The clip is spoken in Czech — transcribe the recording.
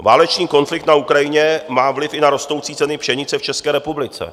Válečný konflikt na Ukrajině má vliv i na rostoucí ceny pšenice v České republice.